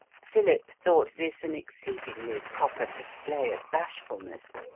philip thought this an exceedingly proper display of bashfulness,